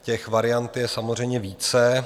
Těch variant je samozřejmě více.